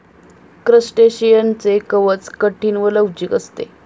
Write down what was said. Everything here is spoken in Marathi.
क्रस्टेशियनचे कवच कठीण व लवचिक असते